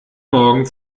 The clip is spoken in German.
morgen